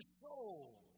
soul